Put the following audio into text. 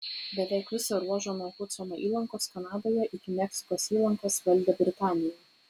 beveik visą ruožą nuo hudsono įlankos kanadoje iki meksikos įlankos valdė britanija